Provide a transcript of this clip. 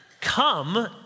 come